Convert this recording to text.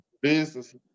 business